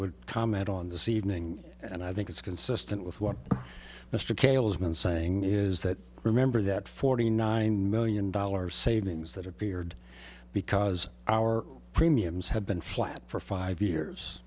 would comment on the seedling and i think it's consistent with what mr cales been saying is that remember that forty nine million dollars savings that appeared because our premiums have been flat for five years